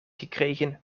gekregen